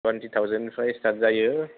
twenty थावजेन्डनिफ्राय start जायो